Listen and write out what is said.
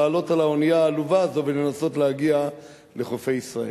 לעלות על האונייה העלובה הזו ולנסות להגיע לחופי ישראל.